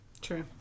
true